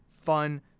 fun